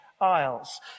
Isles